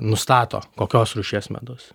nustato kokios rūšies medus